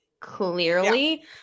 Clearly